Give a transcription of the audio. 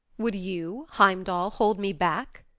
would you, heimdall, hold me back?